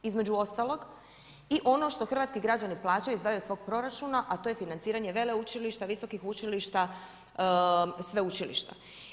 Između ostalog i ono što hrvatski građani plaćaju, izdvajaju iz svog proračuna, a to je financiranje veleučilišta, visokih sveučilišta.